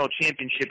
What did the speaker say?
championship